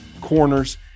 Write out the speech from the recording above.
corners